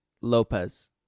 lopez